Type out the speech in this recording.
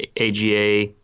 AGA